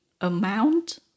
amount